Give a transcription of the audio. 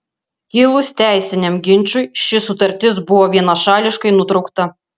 kilus teisiniam ginčui ši sutartis buvo vienašališkai nutraukta